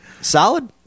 solid